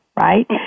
right